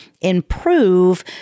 improve